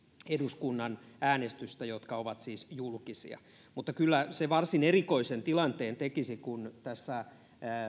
eduskunnan äänestyksiä jotka ovat siis julkisia mutta kyllä se varsin erikoisen tilanteen tekisi tässä